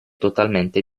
totalmente